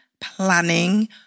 planning